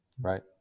Right